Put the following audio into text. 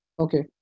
Okay